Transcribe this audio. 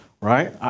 Right